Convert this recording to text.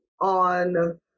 on